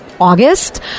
August